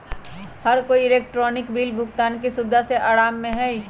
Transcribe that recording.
हर कोई electronic bill भुगतान के सुविधा से आराम में हई